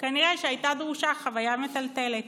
כנראה שהייתה דרושה חוויה מטלטלת.